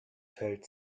feld